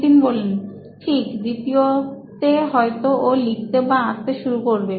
নিতিন ঠিক দ্বিতীয়তে হয়তো ও লিখতে বা আঁকতে শুরু করবে